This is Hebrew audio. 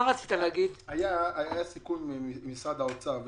היה סיכום עם משרד האוצר.